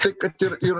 taip kad ir ir